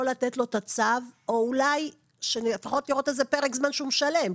לא לתת לו את הצו או אולי לפחות לראות איזה פרק זמן שהוא משלם?